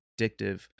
addictive